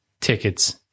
tickets